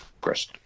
Chris